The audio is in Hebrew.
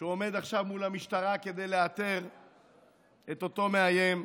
והוא עומד עכשיו מול המשטרה כדי לאתר את אותו מאיים.